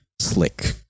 slick